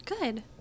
good